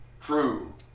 true